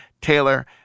Taylor